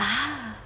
ah